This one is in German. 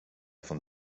von